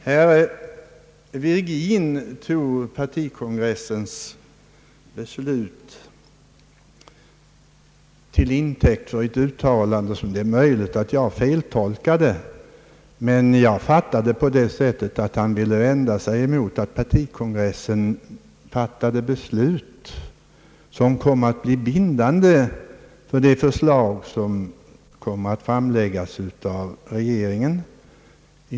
Herr Virgin tog partikongressens beslut till intäkt för ett uttalande som det är möjligt att jag feltolkade. Jag förstod det så att han ville vända sig mot att partikongressen fattade beslut som blir bindande för de förslag som kommer att framläggas av regeringen.